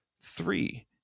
Three